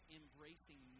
embracing